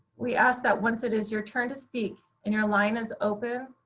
we ask that once it is your turn to speak and your line is open,